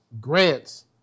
Grants